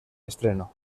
estreno